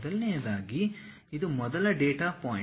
ಮೊದಲನೆಯದಾಗಿ ಇದು ಮೊದಲ ಡೇಟಾ ಪಾಯಿಂಟ್